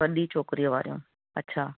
वॾी चौकरीअ वारियूं अच्छा